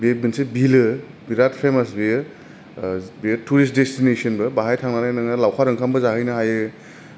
बे मोनसे बिलो बिराद फेमास बियो टुयेसदिसटेनिबो बाहाय थानानैबो नोङो लावखार ओंखामबो जाहैनो हायो